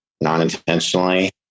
non-intentionally